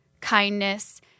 kindness